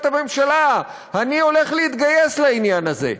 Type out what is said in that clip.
הממשלה: אני הולך להתגייס לעניין הזה.